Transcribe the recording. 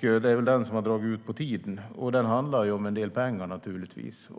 Det är den som har dragit ut på tiden, och den handlar om en del pengar, naturligtvis.